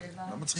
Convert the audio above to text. נגד?